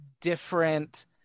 different